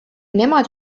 nemad